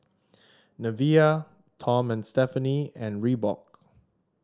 Nivea Tom and Stephanie and Reebok